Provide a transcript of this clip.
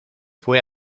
fue